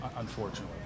Unfortunately